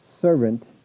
servant